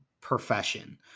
profession